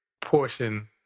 portion